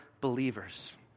believers